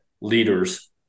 leaders